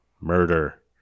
murder